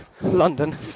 London